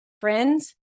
friends